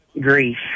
grief